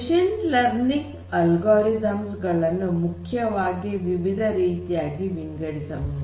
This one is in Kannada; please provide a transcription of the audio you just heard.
ಮಷೀನ್ ಲರ್ನಿಂಗ್ ಅಲ್ಗೊರಿದಮ್ಸ್ ಗಳನ್ನು ಮುಖ್ಯವಾಗಿ ವಿವಿಧ ರೀತಿಯಾಗಿ ವಿಂಗಡಿಸಬಹುದು